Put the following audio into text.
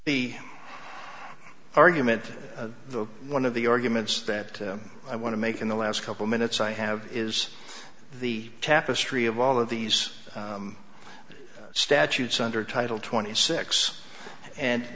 the argument the one of the arguments that i want to make in the last couple minutes i have is the tapestry of all of these statutes under title twenty six and